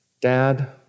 Dad